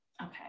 Okay